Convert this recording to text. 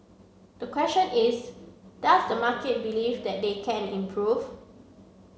the question is does the market believe that they can improve